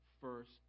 first